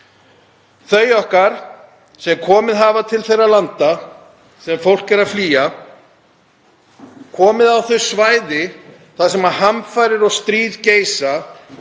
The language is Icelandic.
Þau okkar sem komið hafa til þeirra landa sem fólk er að flýja, sem komið hefur á þau svæði þar sem hamfarir og stríð geisa